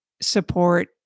support